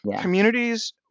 communities